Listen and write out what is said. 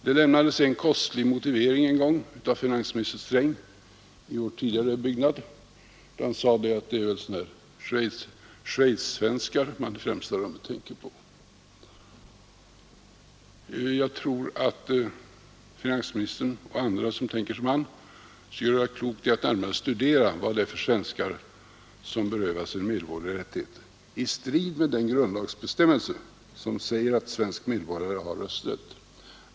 Det lämnades en kostlig motivering en gång av finansminister Sträng, som sade att det väl var sådana där Schweizsvenskar man i främsta rummet tänkte på. Jag tror att finansministern och andra som tänker som han skulle göra klokt i att närmare studera vad det är för svenskar som berövas sina medborgerliga rättigheter i strid med den grundlagbestämmelse som säger att svensk medborgare har rösträtt.